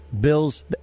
Bills